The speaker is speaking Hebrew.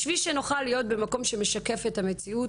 בשביל שנוכל להיות במקום שמשקף את המציאות,